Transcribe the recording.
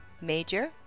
Major